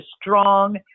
strong